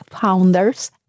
founders